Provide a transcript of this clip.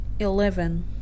Eleven